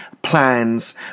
plans